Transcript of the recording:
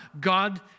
God